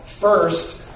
first